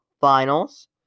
Finals